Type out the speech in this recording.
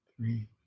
three